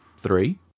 Three